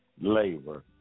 labor